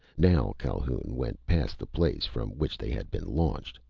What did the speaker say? now calhoun went past the place from which they had been launched,